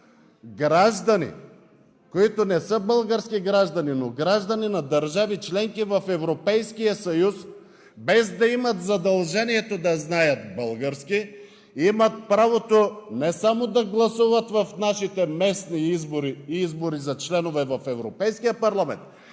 граждани, които не са български граждани, но граждани на държави – членки на Европейския съюз, без да имат задължението да знаят български, имат правото не само да гласуват в нашите местни избори – избори за членове в Европейския парламент,